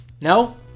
No